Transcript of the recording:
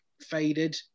faded